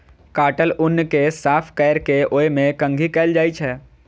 काटल ऊन कें साफ कैर के ओय मे कंघी कैल जाइ छै